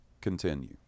continue